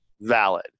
Valid